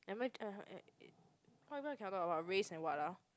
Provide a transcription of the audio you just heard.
am i what what we cannot talk about race and what ah